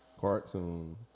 cartoon